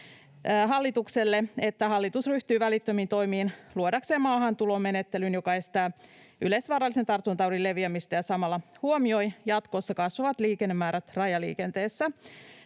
että ”hallitus ryhtyy välittömiin toimiin luodakseen maahantuloon menettelyn, joka estää yleisvaarallisen tartuntataudin leviämistä ja samalla huomioi jatkossa kasvavat liikennemäärät rajaliikenteessä.